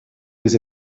vous